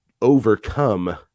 overcome